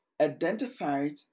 identified